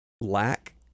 lack